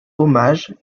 hommage